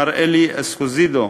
מר אלי אסקוזידו,